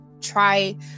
try